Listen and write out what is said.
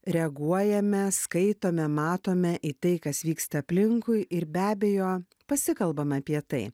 reaguojame skaitome matome į tai kas vyksta aplinkui ir be abejo pasikalbam apie tai